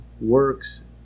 works